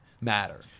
matter